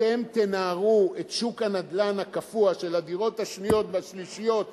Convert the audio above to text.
אתם תנערו את שוק הנדל"ן הקפוא של הדירות השניות והשלישיות והרביעיות,